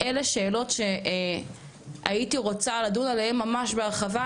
אלה שאלות שהייתי רוצה לדון עליהם ממש בהרחבה,